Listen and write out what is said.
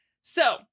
So-